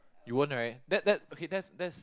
you won't right that that okay that's that's